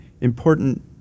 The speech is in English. important